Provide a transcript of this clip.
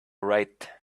right